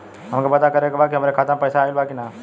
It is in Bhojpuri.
हमके पता करे के बा कि हमरे खाता में पैसा ऑइल बा कि ना?